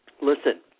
Listen